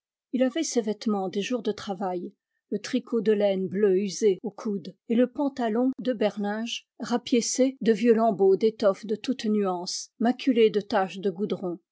il avait ses vêtements des jours de travail le tricot de laine bleue usé aux coudes et le pantalon de berlinge rapiécé de vieux lambeaux d'étoffes de toutes nuances maculé de taches de goudron